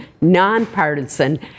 nonpartisan